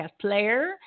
player